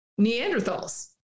neanderthals